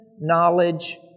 knowledge